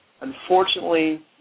Unfortunately